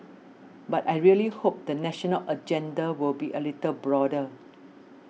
but I really hope the national agenda will be a little broader